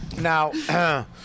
now